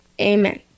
Amen